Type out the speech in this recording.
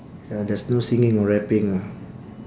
ya there's no singing or rapping ah